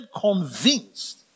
convinced